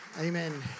Amen